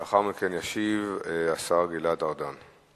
לאחר מכן ישיב השר גלעד ארדן.